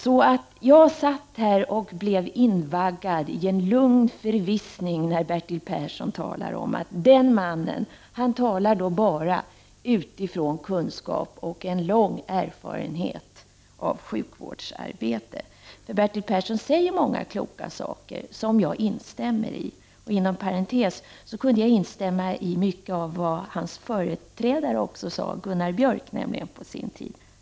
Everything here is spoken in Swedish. När Bertil Persson talade satt jag och blev invaggad i en lugn förvissning om att den mannen bara talar utifrån kunskap och en lång erfarenhet av sjukvårdsarbete. Bertil Persson säger många kloka saker som jag instämmer i. Inom parentes vill jag säga att jag kunde instämma i mycket av vad hans företrädare, Gunnar Björk, sade.